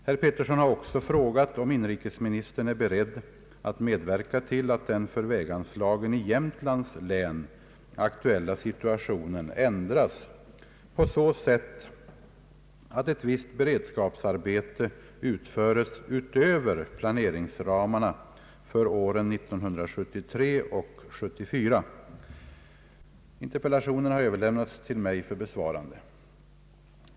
Herr Pettersson har också frågat, om inrikesministern är beredd att medverka till att den för väganslagen i Jämtlands län aktuella situationen ändras på så sätt att ett visst beredskapsarbete utföres utöver planeringsramarna för åren 1973 och 1974. Interpellationen har överlämnats till mig för besvarande.